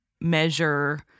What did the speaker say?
measure